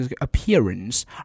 appearance